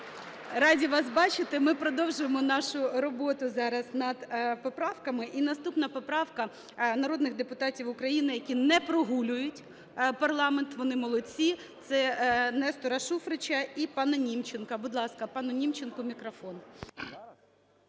раді вас бачити. Ми продовжуємо нашу роботу зараз над поправками. І наступна поправка народних депутатів України, які не прогулюють парламент, вони молодці, це Нестора Шуфрича і пана Німченка. Будь ласка, пану Німченку мікрофон.